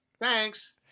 thanks